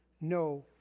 no